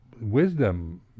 wisdom